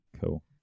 cool